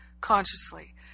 consciously